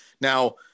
Now